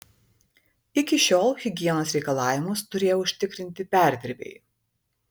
iki šiol higienos reikalavimus turėjo užtikrinti perdirbėjai